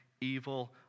evil